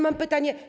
Mam pytanie.